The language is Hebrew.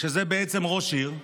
שזה בעצם ראש עיר,